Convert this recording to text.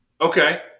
Okay